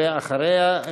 ואחריה,